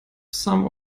some